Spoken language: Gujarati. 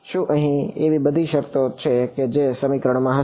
શું અહીં એવી બધી શરતો છે કે જે સમીકરણ માં રહેશે